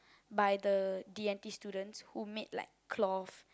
by the D-and-T students who made like cloth